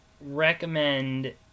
recommend